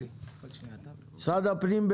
לא